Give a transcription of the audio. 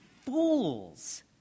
fools